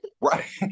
Right